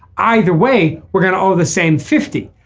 either way we're going to owe the same fifty.